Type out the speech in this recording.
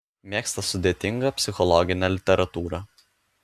mėgsta sudėtingą psichologinę literatūrą